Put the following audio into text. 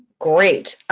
great.